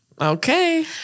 okay